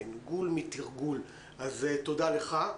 גול מתרגול, תודה לך.